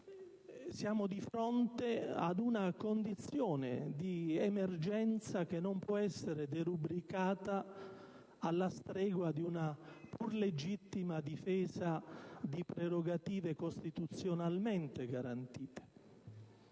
Siamo di fronte ad una condizione di emergenza, che non può essere derubricata alla stregua di una pur legittima difesa di prerogative costituzionalmente garantite.